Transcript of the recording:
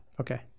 Okay